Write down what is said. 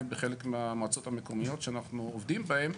בחלק מהמועצות המקומיות שאנחנו עובדים בהן,